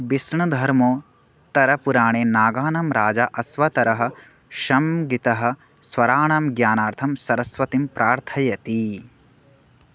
विष्णुधर्मोत्तरपुराणे नागानां राजा अश्वतरः सङ्गीतस्वराणां ज्ञानार्थं सरस्वतीं प्रार्थयति